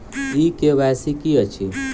ई KYC की अछि?